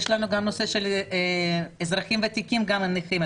יש לנו גם בנושא של אזרחים ותיקים על נכים,